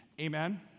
Amen